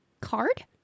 Card